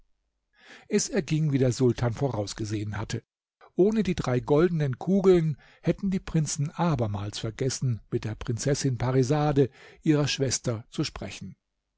es erging wie der sultan vorausgesehen hatte ohne die drei goldenen kugeln hätten die prinzen abermals vergessen mit der prinzessin parisade ihrer schwester zu sprechen